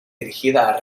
dirigida